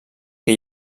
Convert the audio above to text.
que